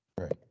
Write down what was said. right